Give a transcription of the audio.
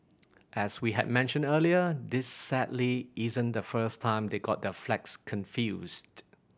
as we had mentioned earlier this sadly isn't the first time they got their flags confused